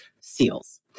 seals